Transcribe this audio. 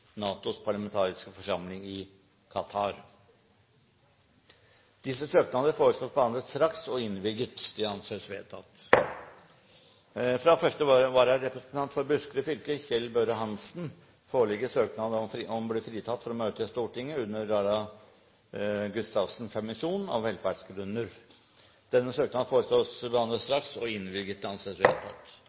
NATOs parlamentariske forsamling i Qatar Disse søknader foreslås behandlet straks og innvilget. – Det anses vedtatt. Fra første vararepresentant for Buskerud fylke, Kjell Børre Hansen, foreligger søknad om å bli fritatt for å møte i Stortinget under representanten Laila Gustavsens permisjon, av velferdsgrunner. Etter forslag fra presidenten ble enstemmig besluttet: Søknaden behandles straks og